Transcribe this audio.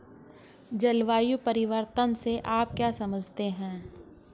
जलवायु परिवर्तन से आप क्या समझते हैं?